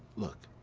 look,